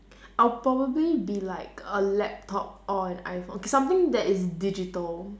I'll probably be like a laptop or an iphone okay something that is digital